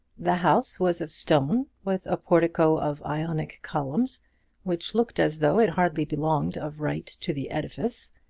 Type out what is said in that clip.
the house was of stone, with a portico of ionic columns which looked as though it hardly belonged of right to the edifice,